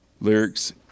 lyrics